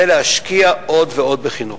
זה להשקיע עוד ועוד בחינוך.